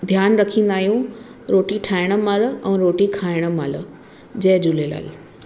ध्यानु रखंदा आहियूं रोटी ठाहिणु महिल ऐं रोटी खाइणु महिल जय झूलेलाल